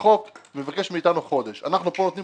החוק מבקש מאתנו חודש ואנחנו פה נותנים